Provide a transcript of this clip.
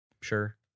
sure